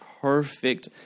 perfect